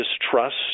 distrust